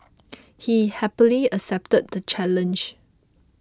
he happily accepted the challenge